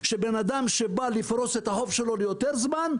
שאדם שבא לפרוס את החוב שלו ליותר זמן,